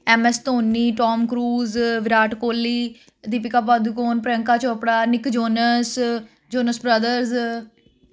MS Dhoni Tom Cruise Virat Kohli Deepika Padukone Priyanka Chopra Nick Jonas Jonas brothers